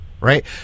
right